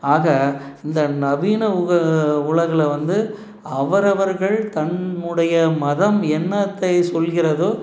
ஆக இந்த நவீன உக உலகில் வந்து அவரவர்கள் தம்முடைய மதம் என்னத்தை சொல்கிறதோ